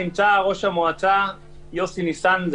נמצא ראש המועצה יוסי ניסן,